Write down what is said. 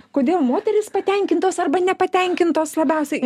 kodėl moterys patenkintos arba nepatenkintos labiausiai